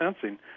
sensing